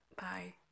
bye